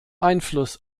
einfluss